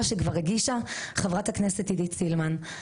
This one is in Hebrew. שכבר הגישה חברת הכנסת עידית סילמן.